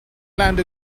land